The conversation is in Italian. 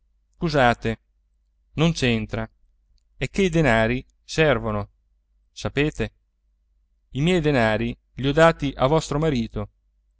scusate non c'entra è che i denari servono sapete i miei denari li ho dati a vostro marito